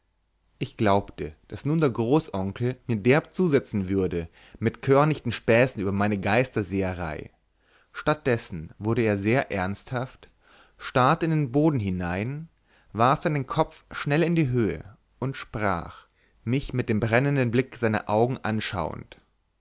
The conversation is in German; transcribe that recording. ich glaubte daß nun der großonkel mir derb zusetzen würde mit körnichten späßen über meine geisterseherei statt dessen wurde er sehr ernsthaft starrte in den boden hinein warf dann den kopf schnell in die höhe und sprach mich mit dem brennenden blick seiner augen anschauend